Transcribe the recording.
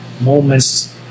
moments